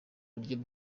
buryo